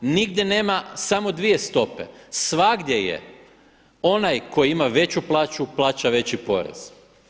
Nigdje nema samo dvije stope, svagdje je onaj koji ima veću plaću plaća veći porez.